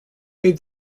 made